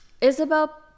Isabel